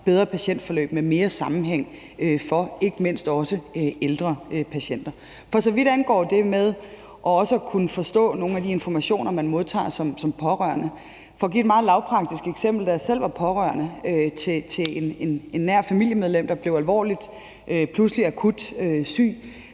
bedre patientforløb med mere sammenhæng for ikke mindst også ældre patienter. For så vidt angår det med også at kunne forstå nogle af de informationer, man modtager som pårørende, vil jeg give et meget lavpraktisk eksempel: Da jeg selv var pårørende til et nært familiemedlem, der pludselig blev akut